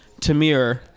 Tamir